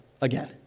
again